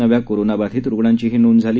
नव्याकोरोनाबाधित रुग्णांचीही नोंद झाली